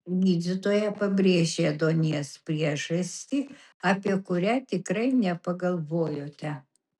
gydytoja pabrėžė ėduonies priežastį apie kurią tikrai nepagalvojote